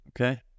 Okay